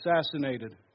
assassinated